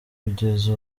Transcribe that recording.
kugeza